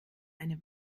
eine